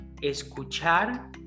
escuchar